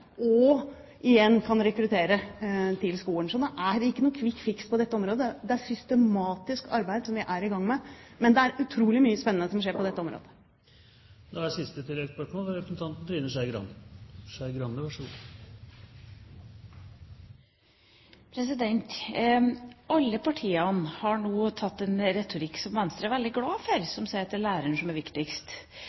og igjen kan rekruttere til skolene. Det er ingen «quick fix» på dette området. Det er systematisk arbeid som vi er i gang med. Men det er utrolig mye spennende som skjer på dette området. Alle partiene har nå valgt en retorikk som Venstre er veldig glad for, som sier at det er læreren som er viktigst.